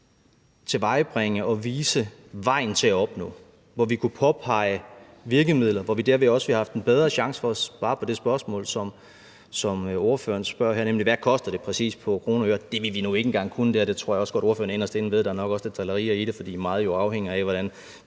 tilvejebringe og vise vejen til at opnå, og hvor vi kunne påpege virkemidlerne. Vi ville derved også have haft en bedre chance for at svare på det spørgsmål, som ordføreren stiller, nemlig hvad det koster præcis i kroner og øre – eller det havde vi nu ikke engang kunnet gøre der, og det tror jeg også at ordføreren inderst inde ved. Der er nok også lidt drilleri i det, for meget afhænger jo af, hvordan